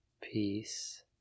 peace